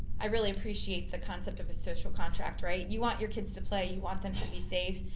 i really appreciate the concept of a social contract, right? you want your kids to play, you want them to be safe.